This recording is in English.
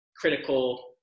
critical